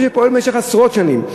בית-ספר שפועל במשך עשרות שנים,